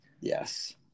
Yes